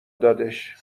دادش